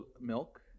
milk